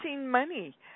money